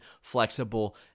flexible